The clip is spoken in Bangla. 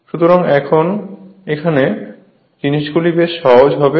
সুতরাং এখানে জিনিসগুলি বেশ সহজ হবে